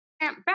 Back